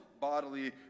bodily